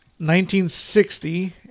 1960